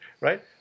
Right